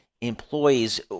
employees